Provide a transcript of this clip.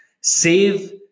save